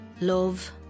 Love